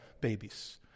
babies